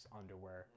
underwear